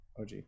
OG